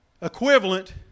equivalent